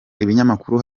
ibinyamakuru